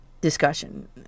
discussion